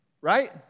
right